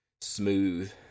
smooth